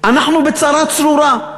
אנחנו בצרה צרורה.